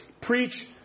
preach